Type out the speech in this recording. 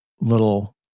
little